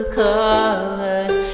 colors